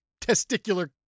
testicular